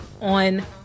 on